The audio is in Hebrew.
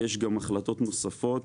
יש גם החלטות נוספות.